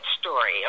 story